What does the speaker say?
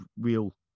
real